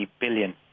billion